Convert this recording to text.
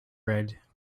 red